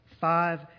five